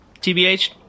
TBH